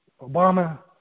Obama